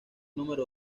número